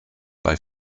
bei